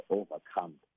overcome